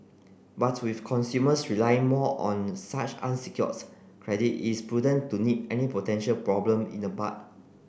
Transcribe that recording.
but with consumers relying more on such unsecured credit it is prudent to nip any potential problem in the bud